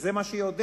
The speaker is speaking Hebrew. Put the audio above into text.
וזה מה שיעודד.